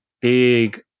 big